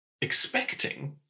expecting